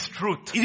truth